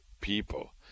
people